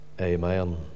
Amen